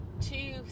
two